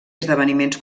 esdeveniments